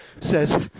says